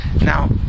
now